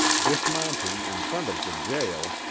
dismounting in front of the jail,